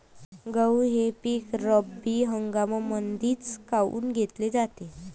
गहू हे पिक रब्बी हंगामामंदीच काऊन घेतले जाते?